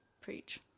Preach